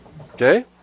Okay